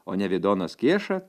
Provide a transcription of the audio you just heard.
o nevidonas kieša